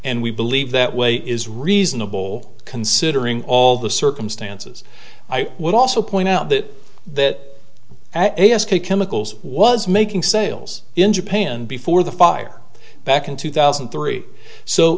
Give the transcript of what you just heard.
and we believe that way is reasonable considering all the circumstances i would also point out that that as a s k chemicals was making sales in japan before the fire back in two thousand and three so